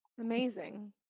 amazing